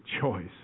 choice